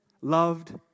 loved